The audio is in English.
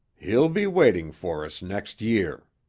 he'll be waiting for us next year.